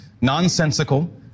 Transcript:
nonsensical